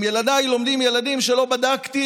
עם ילדיי לומדים ילדים שלא בדקתי